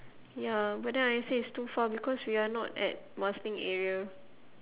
ya but then I say it's too far because we are not at marsiling area